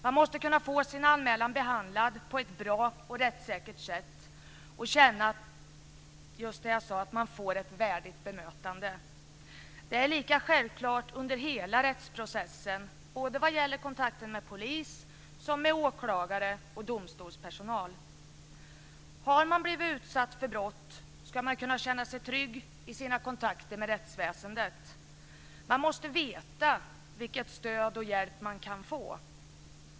Man måste kunna få sin anmälan behandlad på ett bra och rättssäkert sätt och känna just att man får ett värdigt bemötande. Det är lika självklart under hela rättsprocessen vad gäller kontakter med såväl polis som åklagare och domstolspersonal. Har man blivit utsatt för brott ska man kunna känna sig trygg i sina kontakter med rättsväsendet. Man måste veta vilket stöd och vilken hjälp man kan få.